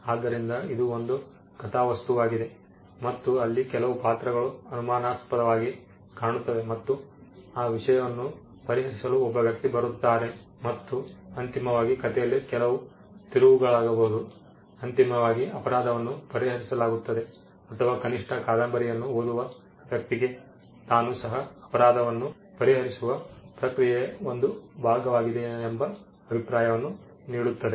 ಆದ್ದರಿಂದ ಇದು ಒಂದು ಕಥಾವಸ್ತುವಾಗಿದೆ ಮತ್ತು ಅಲ್ಲಿ ಕೆಲವು ಪಾತ್ರಗಳು ಅನುಮಾನಾಸ್ಪದವಾಗಿ ಕಾಣುತ್ತವೆ ಮತ್ತು ಆ ವಿಷಯವನ್ನು ಪರಿಹರಿಸಲು ಒಬ್ಬ ವ್ಯಕ್ತಿ ಬರುತ್ತಾರೆ ಮತ್ತು ಅಂತಿಮವಾಗಿ ಕಥೆಯಲ್ಲಿ ಕೆಲವು ತಿರುವುಗಳಾಗಬಹುದು ಅಂತಿಮವಾಗಿ ಅಪರಾಧವನ್ನು ಪರಿಹರಿಸಲಾಗುತ್ತದೆ ಅಥವಾ ಕನಿಷ್ಠ ಕಾದಂಬರಿಯನ್ನು ಓದುವ ವ್ಯಕ್ತಿಗೆ ತಾನು ಸಹ ಅಪರಾಧವನ್ನು ಪರಿಹರಿಸುವ ಪ್ರಕ್ರಿಯೆಯ ಒಂದು ಭಾಗವಾಗಿದೆ ಎಂಬ ಅಭಿಪ್ರಾಯವನ್ನು ನೀಡುತ್ತದೆ